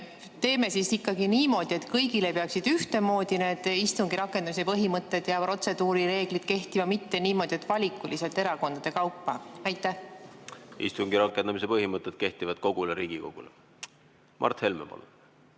Teeme siis ikkagi niimoodi, et kõigile peaksid ühtemoodi need istungi rakendamise põhimõtted ja protseduurireeglid kehtima, mitte niimoodi, et valikuliselt erakondade kaupa. Istungi rakendamise põhimõtted kehtivad kogu Riigikogule. Mart Helme,